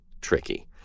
tricky